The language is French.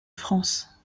france